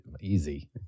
easy